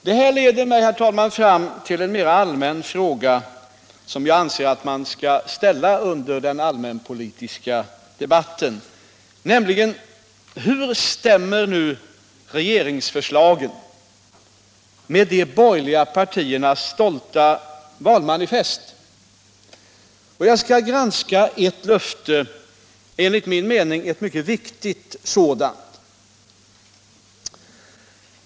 Detta leder mig, herr talman, fram till en mera allmän fråga som jag anser att man skall ställa under den allmänpolitiska debatten: Hur stämmer nu regeringsförslagen med de borgerliga partiernas stolta valmanifest? Jag skall granska ett löfte — enligt min mening ett mycket viktigt sådant.